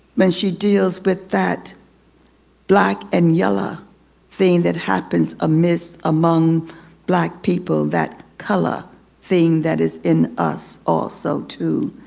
when she deals with but that black and yellow thing that happens amidst among black people. that color thing that is in us, also, too.